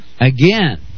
again